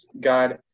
God